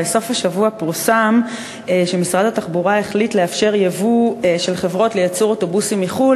בסוף השבוע פורסם שמשרד התחבורה החליט לאפשר ייבוא של אוטובוסים מחו"ל,